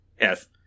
Yes